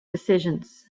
decisions